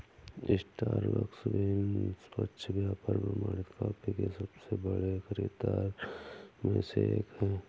Starbucks भी निष्पक्ष व्यापार प्रमाणित कॉफी के सबसे बड़े खरीदारों में से एक है